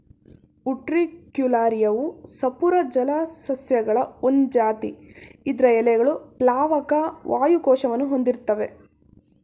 ಉಟ್ರಿಕ್ಯುಲಾರಿಯವು ಸಪೂರ ಜಲಸಸ್ಯಗಳ ಒಂದ್ ಜಾತಿ ಇದ್ರ ಎಲೆಗಳು ಪ್ಲಾವಕ ವಾಯು ಕೋಶವನ್ನು ಹೊಂದಿರ್ತ್ತವೆ